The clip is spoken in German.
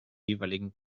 jeweiligen